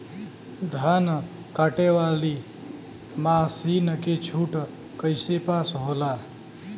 धान कांटेवाली मासिन के छूट कईसे पास होला?